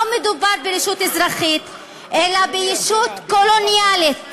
לא מדובר ברשות אזרחית אלא בישות קולוניאלית